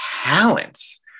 talents